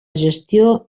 gestió